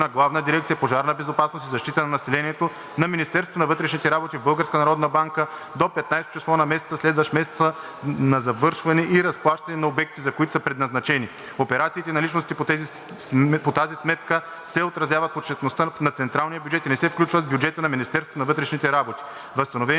Главна дирекция „Пожарна безопасност и защита на населението“ на Министерството на вътрешните работи в Българската народна банка до 15-о число на месеца, следващ месеца на завършване и разплащане на обектите, за които са предназначени. Операциите и наличностите по тази сметка се отразяват в отчетността на централния бюджет и не се включват в бюджета на Министерството на вътрешните работи. Възстановените